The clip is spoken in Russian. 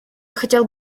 хотел